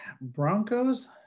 Broncos